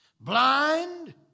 blind